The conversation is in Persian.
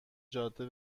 جاده